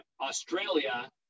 Australia